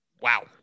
Wow